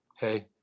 Hey